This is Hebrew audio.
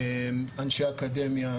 אנשי אקדמיה,